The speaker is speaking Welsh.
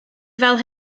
fel